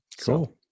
Cool